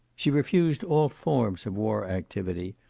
she refused all forms of war activity,